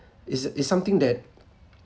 is is something that